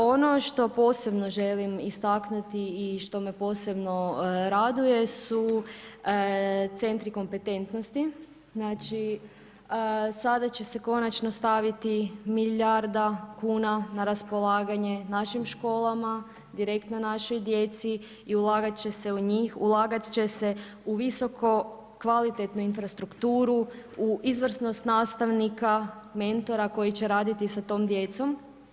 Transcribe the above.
Ono što posebno želim istaknuti i što me posebno raduje su centri kompetentnosti, sada će se konačno staviti milijarda kuna na raspolaganje našim školama, direktno našoj djeci i ulagat će se u njih, ulagat će se u visoko kvalitetnu infrastrukturu, u izvrsnost nastavnika, mentora koji će raditi sa tom djecom.